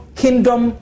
kingdom